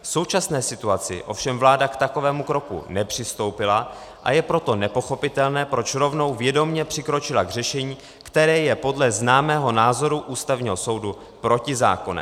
V současné situaci ovšem vláda k takovému kroku nepřistoupila, a je proto nepochopitelné, proč rovnou vědomě přikročila k řešení, které je podle známého názoru Ústavního soudu protizákonné.